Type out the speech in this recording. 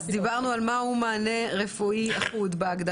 דיברנו על מהו מענה רפואי אחוד.